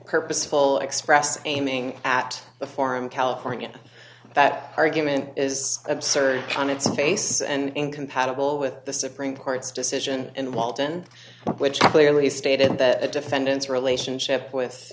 purposeful express aiming at the form california that argument is absurd on its face and incompatible with the supreme court's decision in walton which clearly stated that the defendants relationship with